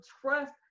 trust